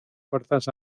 fuerzas